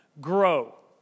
Grow